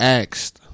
asked